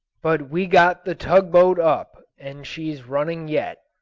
but we got the tug-boat up, and she's running yet.